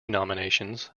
nominations